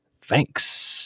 thanks